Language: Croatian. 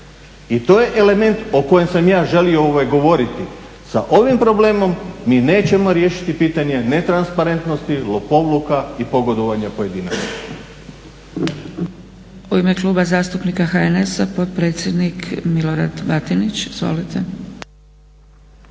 I to je element o kojem sam ja želio govoriti. Sa ovim problemom mi nećemo riješiti pitanje netransparentnosti, lopovluka i pogodovanja pojedinaca. **Zgrebec, Dragica (SDP)** U ime Kluba zastupnika HNS-a potpredsjednik Milorad Batinić. Izvolite.